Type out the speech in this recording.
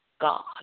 God